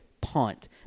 punt